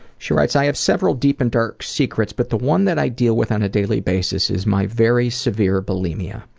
she writes, i have several deep and dark secrets but the one that i deal with on a daily basis is my very severe bulimia.